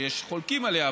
שיש חולקים עליה,